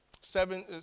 seven